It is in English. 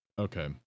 okay